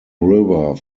river